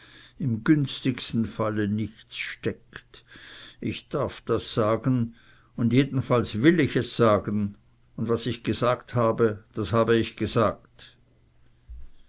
im günstigsten falle nichts steckt ich darf das sagen und jedenfalls will ich es sagen und was ich gesagt habe das habe ich gesagt